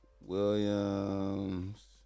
Williams